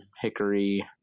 Hickory